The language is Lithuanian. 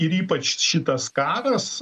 ir ypač šitas karas